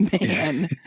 man